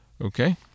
okay